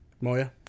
Moya